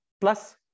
plus